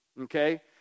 Okay